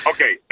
Okay